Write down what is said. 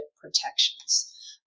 protections